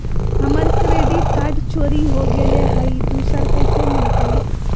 हमर credit card चोरी हो गेलय हई, दुसर कैसे मिलतई?